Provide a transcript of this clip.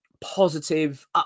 positive